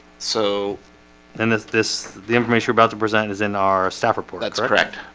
so and this this the information about the present is in our staff report, that's correct